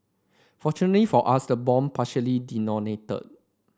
fortunately for us the bomb partially detonated